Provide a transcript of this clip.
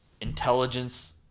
intelligence